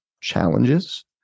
challenges